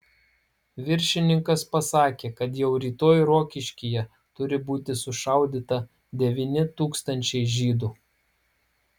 viršininkas pasakė kad jau rytoj rokiškyje turi būti sušaudyta devyni tūkstančiai žydų